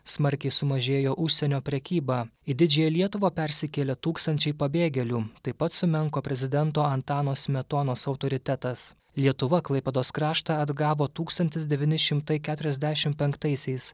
smarkiai sumažėjo užsienio prekyba į didžiąją lietuvą persikėlė tūkstančiai pabėgėlių taip pat sumenko prezidento antano smetonos autoritetas lietuva klaipėdos kraštą atgavo tūkstantis devyni šimtai keturiasdešimt penktaisiais